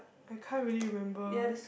I can't really remember